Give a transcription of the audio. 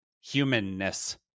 humanness